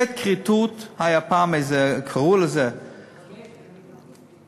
גט כריתות, פעם קראו לזה, גט כריתות, עד כדי כך?